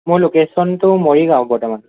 মোৰ লোকেচনটো মৰিগাঁও বৰ্তমান